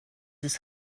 his